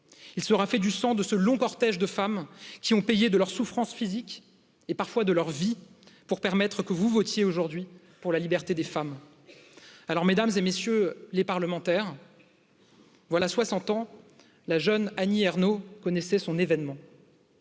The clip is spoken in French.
Il sera fait du sang de ce long cortège de femmes qui ont payé de leur souffrance physique et, parfois, de leur vie pour permettre que vous votiez aujourd'hui pour la liberté des femmes, Alors, Mᵐᵉˢ et MM. les parlementaires. Voilà 60 ans, la jeune Annie Ernaux connaissait son événement